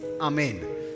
amen